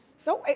so.